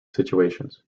situations